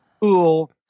cool